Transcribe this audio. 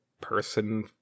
person